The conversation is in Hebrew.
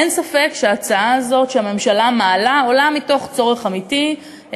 אין ספק שההצעה הזאת שהממשלה מעלה עולה מתוך צורך אמיתי,